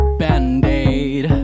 band-aid